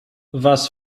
was